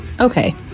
Okay